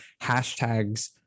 hashtags